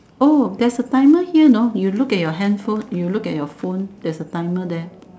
oh that's a timer here you know you look at your hand phone you look at your phone there's is a timer there